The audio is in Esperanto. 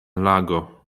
lago